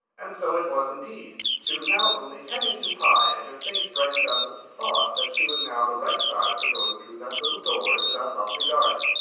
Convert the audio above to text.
and so it was indeed she was now only ten inches high, and her face brightened up at the thought that she was now the right size for going through that little door into that lovely garden.